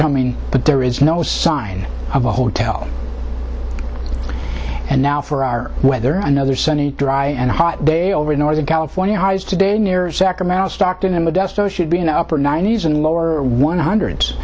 coming but there is no sign of a hotel and now for our weather another sunny dry and hot day over northern california highs today near sacramento stockton in modesto should be an upper ninety's and lower one hundred